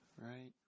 Right